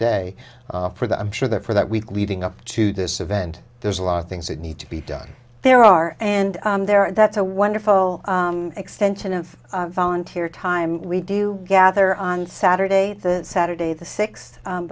day for that i'm sure that for that week leading up to this event there's a lot of things that need to be done there are and there are that's a wonderful extension of volunteer time we do gather on saturday saturday the six